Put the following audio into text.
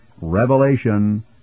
Revelation